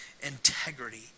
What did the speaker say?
integrity